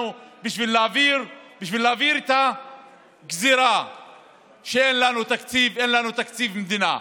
בשביל להעביר את הגזרה שאין לנו תקציב מדינה.